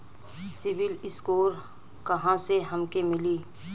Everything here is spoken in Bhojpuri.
सिविल स्कोर कहाँसे हमके मिली?